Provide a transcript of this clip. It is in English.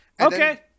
Okay